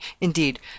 indeed